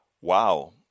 Wow